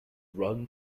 run